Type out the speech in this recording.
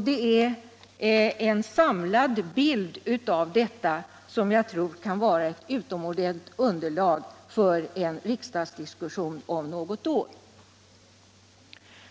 Det är en samlad bild av detta som jag tror kan vara ett utomordentligt underlag för konkreta förslag och en riksdagsdiskussion om något år.